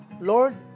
lord